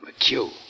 McHugh